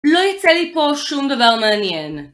לא יצא לי פה שום דבר מעניין.